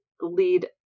lead